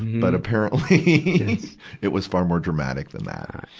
but apparently it was far more dramatic than that. yeah,